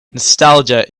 nostalgia